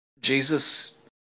Jesus